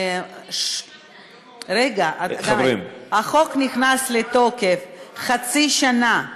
החוק נכנס לתוקף חצי שנה,